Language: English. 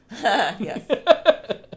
Yes